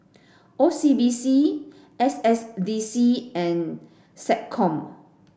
O C B C S S D C and SecCom